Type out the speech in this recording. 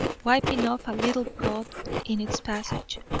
wiping off a little blood in its passage,